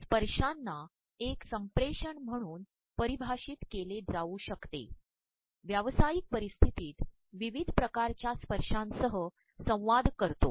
स्त्पशाांना एक संिेषण म्हणून पररभाप्रषत के ले जाऊ शकते व्यावसातयक पररप्स्त्र्तीत प्रवप्रवध िकारच्या स्त्पशाांसह संवाद करतो